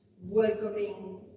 welcoming